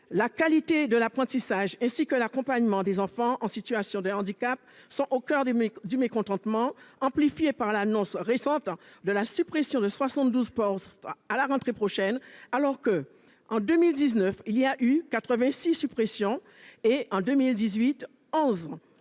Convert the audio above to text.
La qualité de l'apprentissage, ainsi que l'accompagnement des enfants en situation de handicap sont au coeur du mécontentement, amplifié par l'annonce récente de la suppression de 72 postes d'enseignants à la rentrée prochaine, après 86 suppressions en 2019 et